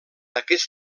aquest